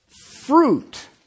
Fruit